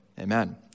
amen